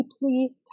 deeply